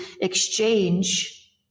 exchange